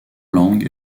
langue